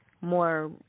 more